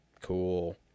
cool